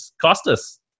Costas